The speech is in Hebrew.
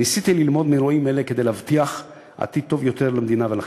ניסיתי ללמוד מאירועים אלה כדי להבטיח עתיד טוב יותר למדינה ולחברה.